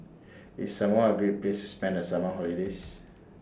IS Samoa A Great Place to spend The Summer holidays